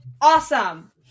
awesome